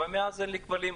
ומאז אין לי כבלים.